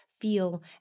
feel